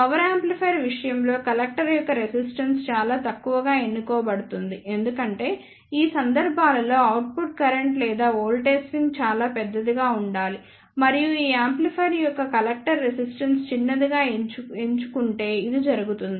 power amplifier విషయంలో collector యొక్క resistance చాలా తక్కువగా ఎన్నుకోబడుతుంది ఎందుకంటే ఈ సందర్భాలలో అవుట్పుట్ కరెంట్ లేదా వోల్టేజ్ స్వింగ్ చాలా పెద్దదిగా ఉండాలి మరియు ఈ యాంప్లిఫైయర్ యొక్క కలెక్టర్ రెసిస్టెన్స్ చిన్నదిగా ఎంచుకుంటే ఇది జరుగుతుంది